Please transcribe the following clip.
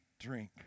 drink